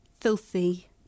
filthy